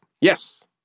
Yes